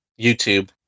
YouTube